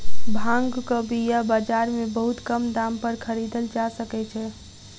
भांगक बीया बाजार में बहुत कम दाम पर खरीदल जा सकै छै